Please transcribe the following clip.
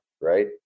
right